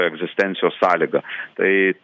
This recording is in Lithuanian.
egzistencijos sąlyga tai